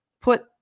put